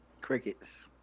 Crickets